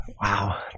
Wow